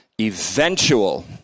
eventual